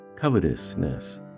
covetousness